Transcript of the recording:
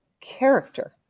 character